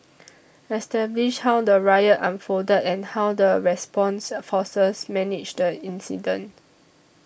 establish how the riot unfolded and how the response forces managed the incident